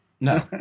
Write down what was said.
No